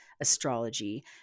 astrology